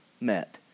met